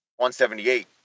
178